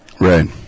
right